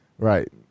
Right